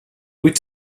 wyt